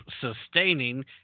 sustaining